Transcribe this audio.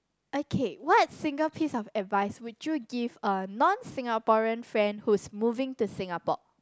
okay what single piece of advice would you give a non Singaporean friend who's moving to Singapore